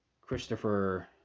christopher